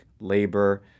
labor